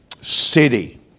city